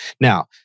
Now